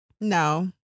No